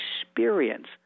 experience